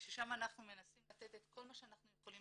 שם אנחנו מנסים לתת את כל מה שאנחנו יכולים